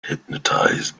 hypnotized